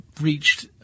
reached